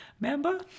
Remember